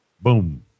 boom